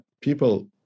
people